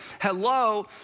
hello